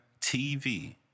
TV